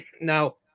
Now